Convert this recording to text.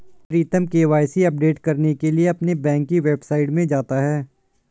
प्रीतम KYC update करने के लिए अपने बैंक की वेबसाइट में जाता है